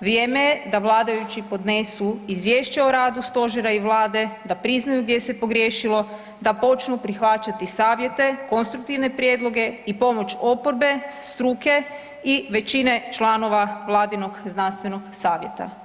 vrijeme je da vladajući podnesu Izvješće o radu Stožera i Vlade, da priznaju gdje se pogriješilo, da počnu prihvaćati savjete, konstruktivne prijedloge i pomoć oporbe, struke i većine članova Vladinog Znanstvenog savjeta.